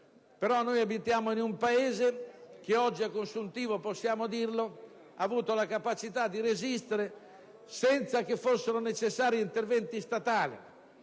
però in un Paese che oggi a consuntivo - possiamo dirlo - ha avuto la capacità di resistere senza che fossero necessari interventi statali,